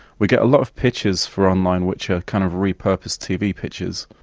we get a lot of pitches for online which are kind of repurposed tv pitches,